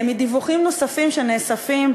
מדיווחים נוספים שנאספים,